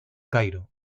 cairo